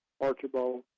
Archibald